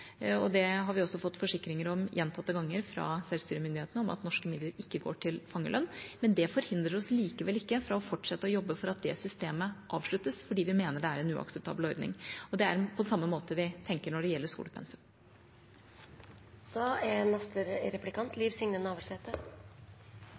og vi har også gjentatte ganger fått forsikringer fra selvstyremyndighetene om at norske midler ikke går til fangelønn. Men det forhindrer oss likevel ikke i å fortsette å jobbe for at det systemet avsluttes, fordi vi mener at det er en uakseptabel ordning. Det er på samme måte vi tenker når det gjelder